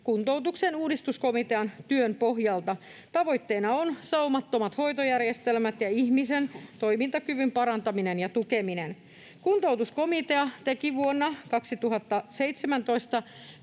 kuntoutuksen uudistuskomitean työn pohjalta. Tavoitteena ovat saumattomat hoitojärjestelmät ja ihmisen toimintakyvyn parantaminen ja tukeminen. Kuntoutuskomitea teki vuonna 2017